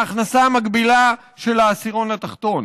פי 12 מההכנסה המקבילה של העשירון התחתון,